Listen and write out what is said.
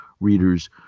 readers